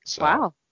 Wow